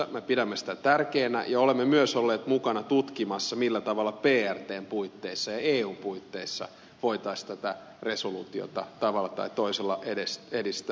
me pidämme sitä tärkeänä ja olemme myös olleet mukana tutkimassa millä tavalla prtn puitteissa ja eun puitteissa voitaisiin tätä resoluutiota tavalla tai toisella edistää